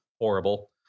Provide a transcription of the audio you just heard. horrible